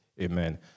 Amen